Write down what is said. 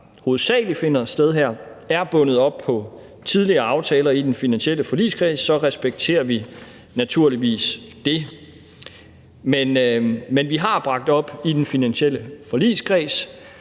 hovedsagelig finder sted her, er bundet op på tidligere aftaler i den finansielle forligskreds, så respekterer vi naturligvis det. Men vi har bragt det op i den finansielle forligskreds,